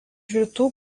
rytų